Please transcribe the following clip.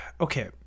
okay